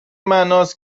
معناست